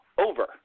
over